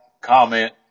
comment